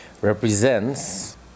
represents